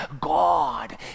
God